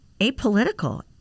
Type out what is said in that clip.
apolitical